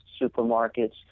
supermarkets